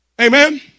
Amen